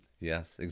Yes